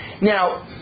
now